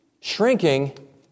shrinking